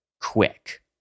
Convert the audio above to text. quick